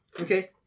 Okay